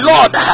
Lord